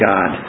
God